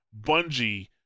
Bungie